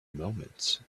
moments